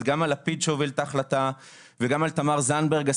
גם על לפיד שהוביל את ההחלטה וגם על תמר זנדברג,